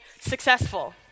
successful